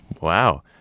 Wow